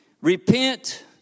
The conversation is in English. Repent